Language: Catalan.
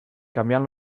canviant